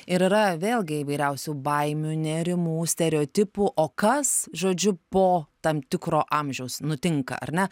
ir yra vėlgi įvairiausių baimių nerimų stereotipų o kas žodžiu po tam tikro amžiaus nutinka ar ne